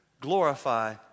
Glorify